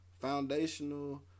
foundational